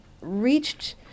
reached